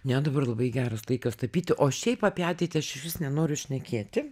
ne dabar labai geras laikas tapyti o šiaip apie ateitį aš išvis nenoriu šnekėti